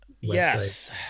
yes